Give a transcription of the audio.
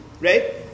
right